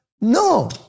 No